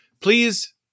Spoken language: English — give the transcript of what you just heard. please